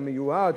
המיועד,